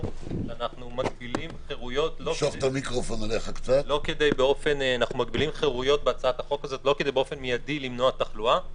אנחנו מגבילים חירויות לא כדי למנוע תחלואה באופן מיידי,